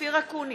אופיר אקוניס,